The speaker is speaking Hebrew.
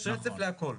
יש רצף להכול.